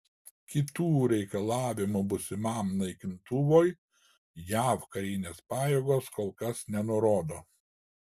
kitų reikalavimų būsimam naikintuvui jav karinės pajėgos kol kas nenurodo